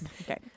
Okay